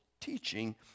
teaching